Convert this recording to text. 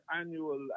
annual